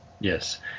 Yes